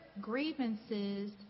grievances